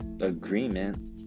agreement